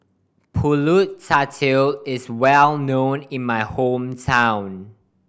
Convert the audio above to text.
Pulut Tatal is well known in my hometown